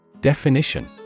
Definition